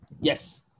Yes